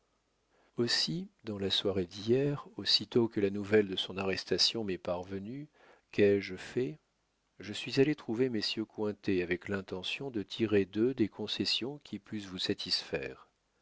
aussi dans la soirée d'hier aussitôt que la nouvelle de son arrestation m'est parvenue qu'ai-je fait je suis allé trouver messieurs cointet avec l'intention de tirer d'eux des concessions qui pussent vous satisfaire